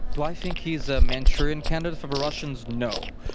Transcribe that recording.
do i think he's a manchurian candidate for the russians? no.